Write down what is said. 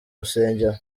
rusengero